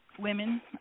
women